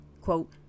Quote